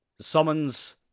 summons